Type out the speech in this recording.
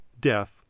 death